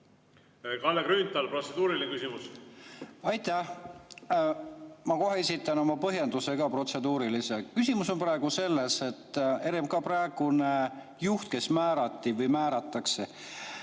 Kalle Grünthal, protseduuriline küsimus. Aitäh! Ma kohe esitan oma põhjenduse ka, protseduurilise. Küsimus on praegu selles, et RMK praegune juht, kes määrati või määratakse,